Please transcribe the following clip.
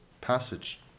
passage